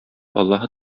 аллаһы